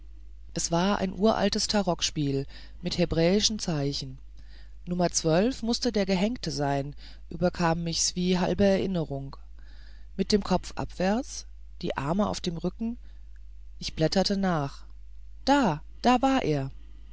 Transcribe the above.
es war ein uraltes tarokspiel mit hebräischen zeichen nummer zwölf mußte der gehenkte sein überkam's mich wie halbe erinnerung mit dem kopf abwärts die arme auf dem rücken ich blätterte nach da da war er